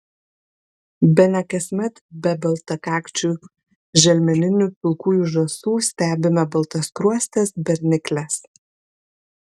bene kasmet be baltakakčių želmeninių pilkųjų žąsų stebime baltaskruostes bernikles